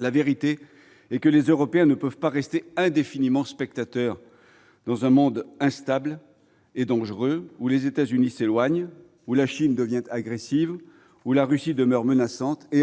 La vérité est que les Européens ne peuvent pas rester indéfiniment spectateurs dans un monde instable et dangereux, où les États-Unis s'éloignent, où la Chine devient agressive, où la Russie demeure menaçante et,